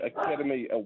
Academy